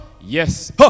Yes